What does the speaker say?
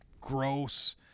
gross